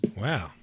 Wow